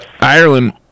Ireland